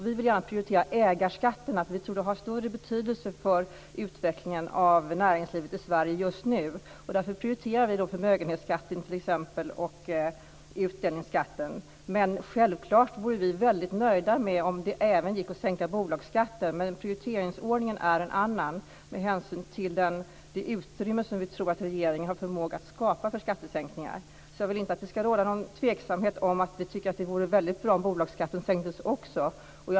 Vi vill prioritera ägarskatterna, därför att vi tror att det har större betydelse för utvecklingen av näringslivet i Sverige just nu. Därför prioriterar vi t.ex. förmögenhetsskatten och utdelningsskatten. Men självklart vore vi nöjda med om det även gick att sänka bolagsskatten, men prioriteringsordningen är en annan med hänsyn till det utrymme vi tror att regeringen har förmåga att skapa för skattesänkningar. Jag vill inte att det ska råda någon tveksamhet om att vi tycker att det vore bra om bolagsskatten sänktes också.